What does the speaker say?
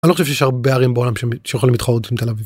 אני לא חושב שיש הרבה ערים בעולם שיכולים להתחרות עם תל אביב.